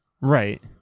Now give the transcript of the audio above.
right